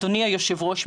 אדוני היושב-ראש,